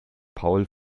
paul